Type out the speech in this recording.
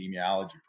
Epidemiology